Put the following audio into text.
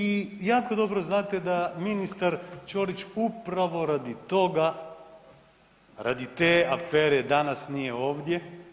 I jako dobro znate da ministar Ćorić upravo radi toga, radi te afere danas nije ovdje.